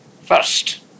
First